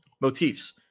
motifs